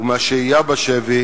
ומהשהייה בשבי,